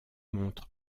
montre